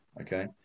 Okay